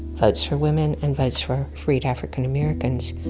votes for women and votes for freed african americans,